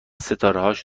ستارههاش